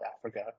Africa